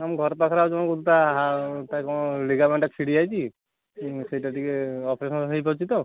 ଆମ ଘର ପାଖରେ ଆଉଜଣେ କଣ ତା ତା କଣ ଲିଗାମେଣ୍ଟ ଛିଡ଼ିଯାଇଛି ସେଇଟା ଟିକିଏ ଅପରେସନ୍ ହେଇପାରୁଛି ତ